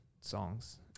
songs